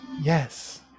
Yes